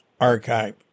archive